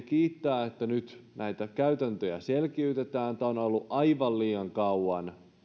kiittää että nyt näitä käytäntöjä selkiytetään tämä asia on ollut aivan liian kauan